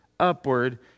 upward